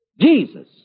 Jesus